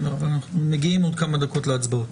אנחנו מגיעים עוד כמה דקות להצבעות.